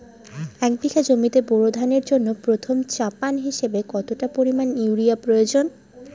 এক বিঘা জমিতে বোরো ধানের জন্য প্রথম চাপান হিসাবে কতটা পরিমাণ ইউরিয়া প্রয়োজন?